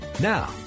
Now